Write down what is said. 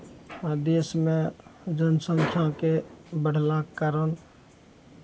देशमे जनसङ्ख्याके बढ़लाके कारण